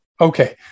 Okay